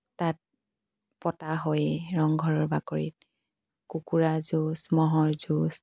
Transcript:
তাৰ পতা হয়েই ৰংঘৰৰ বাকৰিত কুকুৰাৰ যুঁজ ম'হৰ যুঁজ